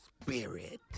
spirit